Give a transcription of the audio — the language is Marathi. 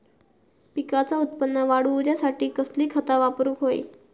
पिकाचा उत्पन वाढवूच्यासाठी कसली खता वापरूक होई?